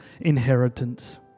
inheritance